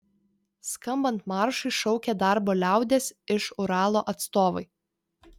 skambant maršui šaukė darbo liaudies iš uralo atstovai